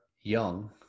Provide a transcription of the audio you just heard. young